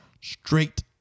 Straight